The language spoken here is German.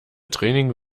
training